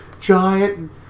giant